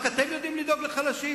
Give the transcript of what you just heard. רק אתם יודעים לדאוג לחלשים?